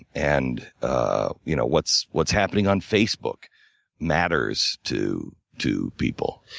and ah you know what's what's happening on facebook matters to to people.